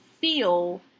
feel